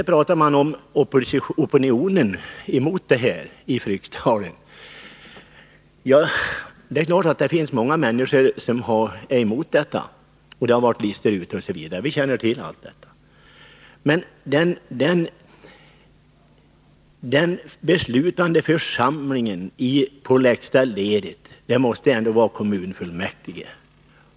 Här har talats om opinionen i Fryksdalen mot en utbyggnad. Det är klart att många människor är emot utbyggnad. Det har varit listor ute, osv. Vi känner till allt det. Men den beslutande församlingen på lägsta nivån måste väl ändå vara kommunfullmäktige.